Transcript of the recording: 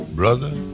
brother